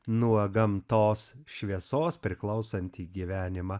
nuo gamtos šviesos priklausantį gyvenimą